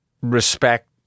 respect